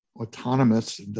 autonomous